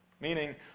Meaning